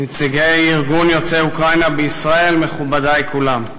נציגי ארגון יוצאי אוקראינה בישראל, מכובדי כולם,